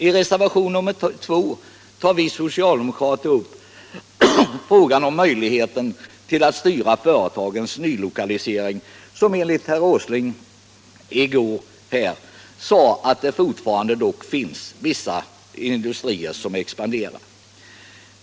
I reservationen 2 tar vi socialdemokrater upp frågan om möjligheten att styra företagens nylokalisering. Herr Åsling sade i går här i kammaren att det fortfarande finns vissa industrier som expanderar.